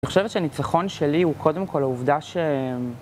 אני חושבת שהניצחון שלי הוא קודם כל העובדה ש...